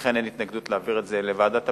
ולכן אין התנגדות להעברת הנושא לוועדת הפנים,